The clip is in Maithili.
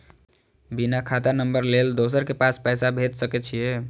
बिना खाता नंबर लेल दोसर के पास पैसा भेज सके छीए?